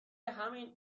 همین